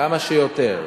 כמה שיותר.